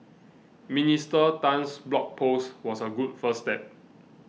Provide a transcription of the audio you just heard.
Minister Tan's blog post was a good first step